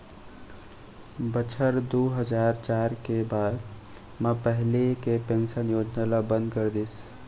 बछर दू हजार चार के बाद म पहिली के पेंसन योजना ल बंद कर दिस